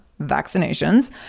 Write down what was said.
vaccinations